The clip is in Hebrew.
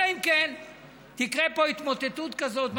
אלא אם כן תקרה פה התמוטטות כזאת,